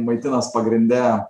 maitinas pagrinde